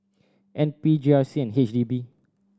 N P G R C and H D B